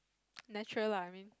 natural lah I mean